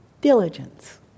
Diligence